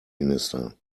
minister